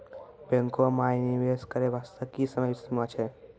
बैंको माई निवेश करे बास्ते की समय सीमा छै?